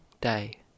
day